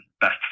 best